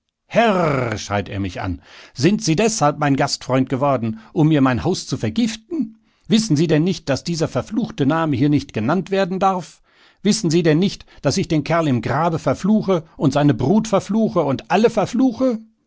herrrr schrie er mich an sind sie deshalb mein gastfreund geworden um mir mein haus zu vergiften wissen sie denn nicht daß dieser verfluchte name hier nicht genannt werden darf wissen sie denn nicht daß ich den kerl im grabe verfluche und seine brut verfluche und alle verfluche